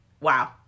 Wow